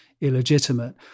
illegitimate